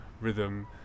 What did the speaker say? rhythm